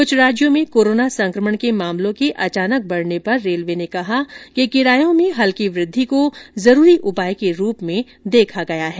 कुछ राज्यों में कोरोना संक्रमण के मामलों के अचानक बढ़ने पर रेलवे ने कहा कि किरायों में हल्की वृद्धि को जरूरी उपाय के रूप में देखा गया है